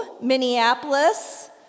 Minneapolis